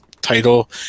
title